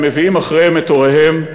הם מביאים אחריהם את הוריהם,